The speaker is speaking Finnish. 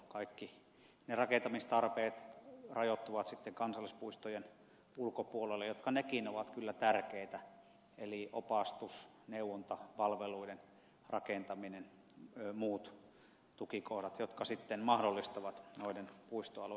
kaikki ne rakentamistarpeet rajoittuvat sitten kansallispuistojen ulkopuolelle jotka nekin ovat kyllä tärkeitä eli opastus neuvontapalveluiden rakentaminen muut tukikohdat jotka sitten mahdollistavat noiden puistoalueiden käytön